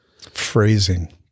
Phrasing